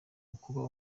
ukuba